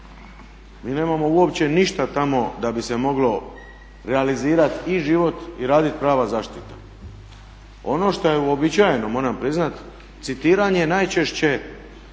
Mi nemamo uopće ništa tamo da bi se moglo realizirati i život i raditi prava zaštita. Ono što je uobičajeno moram priznati citiranje najčešće